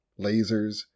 lasers